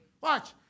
watch